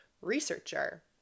researcher